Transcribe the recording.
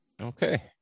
Okay